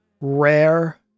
rare